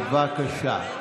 בבקשה.